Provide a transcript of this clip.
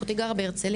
אחותי גרה בהרצליה,